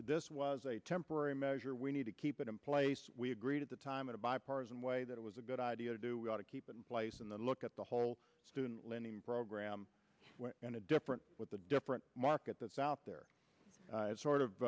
this was a temporary measure we need to keep it in place we agreed at the time in a bipartisan way that it was a good idea to do we ought to keep it in place and then look at the whole student lending program in a different with a different market that's out there sort